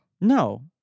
No